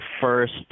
first